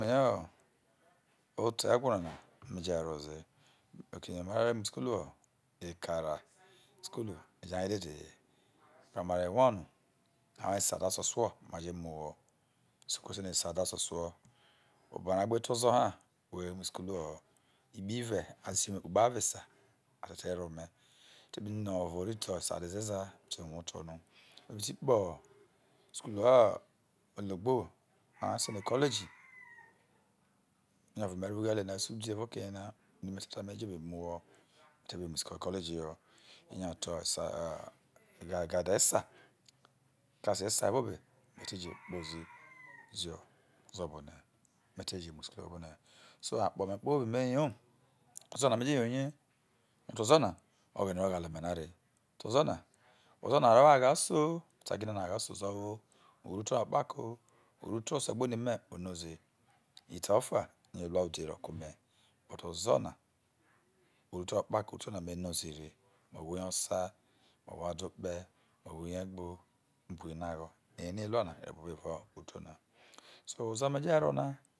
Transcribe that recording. Oto egwo na me je ro ze oke no ma je mu isu kulu ho ekara sukulu ejaye dede he primary one oye sada he ososuo ma je muho isoko re sei no esada ososuo obo ra gbe te ozo ha were mu isukulu hoho ikpe ive asio ome ikpe avo esa a te te re ho ome te no ovo ri te esada ezeza me te wui oto no me ti kpo isukulu o ologbo no are se no ekolegi oni ovo me ro ughelli evao okeyena oni me te ta no me jo obe mu ho me te me te nya to esada esa ekelase esa evao obe me ti je kpozi ozo obone me tijemu isukulu ho evao obone so akpo me kpobi no me yo ozo na me jo yo ye oto ozo na oghene be jo ghale ome na re oto ozo na ozo na wo agha aso me ta gine no ozo na agha so ozo wo uruto ose gbe oni me onoze ite oja yo elua ide ro ke ome but ozo na uruto ho okpako uruto na me no ze me owho iye isa me who ado kpe me owho iye-egbo me owho inagho ere elua na ere wvai uruto na si ozo me je ro na